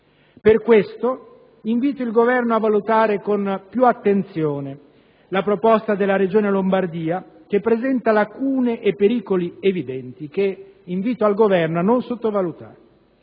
Per questo invito il Governo a valutare con più attenzione la proposta della Regione Lombardia, che presenta lacune e pericoli evidenti che invito l'Esecutivo a non sottovalutare.